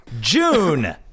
June